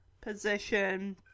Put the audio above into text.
position